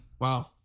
Wow